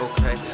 Okay